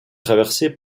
traversée